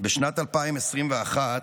בשנת 2021,